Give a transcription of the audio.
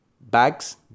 bags